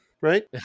right